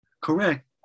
Correct